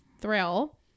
thrill